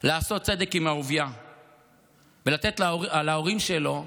היא לעשות צדק עם אהוביה ולתת להורים שלו,